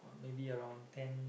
maybe around ten